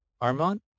Armand